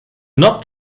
not